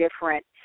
different